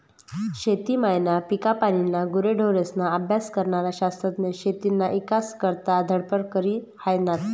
शेती मायना, पिकपानीना, गुरेढोरेस्ना अभ्यास करनारा शास्त्रज्ञ शेतीना ईकास करता धडपड करी हायनात